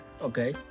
Okay